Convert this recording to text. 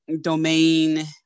Domain